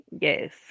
Yes